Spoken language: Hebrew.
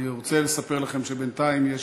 אני רוצה לספר לכם שבינתיים יש